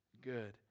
good